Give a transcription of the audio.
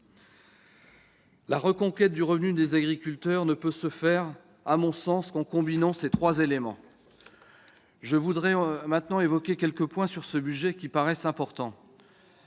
La reconquête du revenu des agriculteurs ne peut se faire, à mon sens, qu'en combinant ces trois éléments. Je voudrais maintenant évoquer quelques points de ce budget qui me paraissent importants.